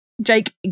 Jake